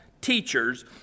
teachers